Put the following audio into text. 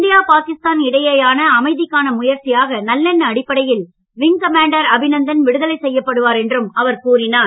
India Pakistan இடையேயான அமைதிக்கான முயற்சியாக நல்லெண்ண அடிப்படையில் விங் கமாண்டர் அபிநந்தன் விடுதலை செய்யப்படுவார் என்றும் அவர் கூறினார்